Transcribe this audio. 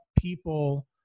people